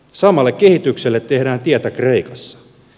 samalle kehitykselle tehdään tietä kreikassa